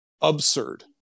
absurd